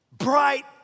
Bright